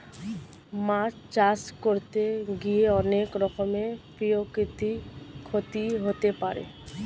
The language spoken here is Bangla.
মাছ চাষ করতে গিয়ে অনেক রকমের প্রাকৃতিক ক্ষতি হতে পারে